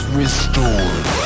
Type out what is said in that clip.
restored